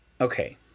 okay